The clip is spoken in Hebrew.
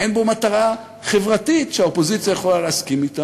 אין בו מטרה חברתית שהאופוזיציה יכולה להסכים אתה